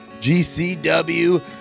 GCW